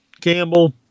Campbell